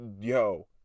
yo